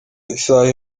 isaha